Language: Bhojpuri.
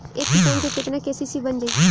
एक किसान के केतना के.सी.सी बन जाइ?